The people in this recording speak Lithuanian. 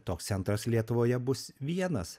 toks centras lietuvoje bus vienas